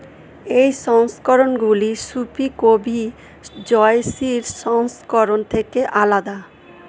এই সংস্করণগুলি সুফি কবি জায়সীর সংস্করণ থেকে আলাদা